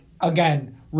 again